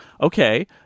okay